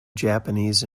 japanese